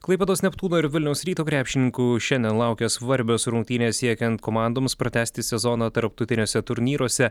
klaipėdos neptūno ir vilniaus ryto krepšininkų šiandien laukia svarbios rungtynės siekiant komandoms pratęsti sezoną tarptautiniuose turnyruose